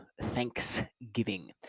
Thanksgiving